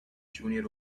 junior